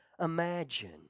imagine